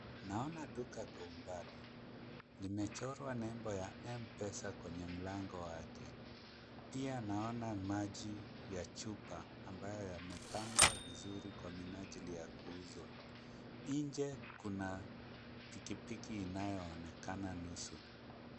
Naona duka kwa umbali. Limechorwa nembo ya M-pesa kwenye mlango wake. Pia naona maji ya chupa ambayo yamepangwa vizuri kwa minajili ya kuuzwa. Nje kuna pikipiki inayoonekana nusu.